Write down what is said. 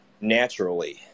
naturally